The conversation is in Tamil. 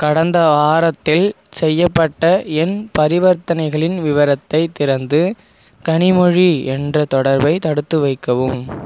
கடந்த வாரத்தில் செய்யப்பட்ட என் பரிவர்த்தனைகளின் விவரத்தை திறந்து கனிமொழி என்ற தொடர்பை தடுத்து வைக்கவும்